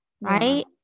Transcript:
right